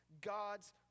God's